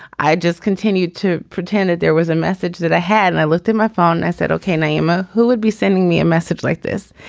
i just continued to pretend that there was a message that i had and i looked in my phone. i said okay i am. ah who would be sending me a message like this.